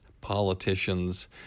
politicians